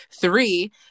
three